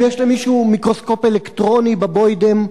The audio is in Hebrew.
אם יש למישהו מיקרוסקופ אלקטרוני בבוידם,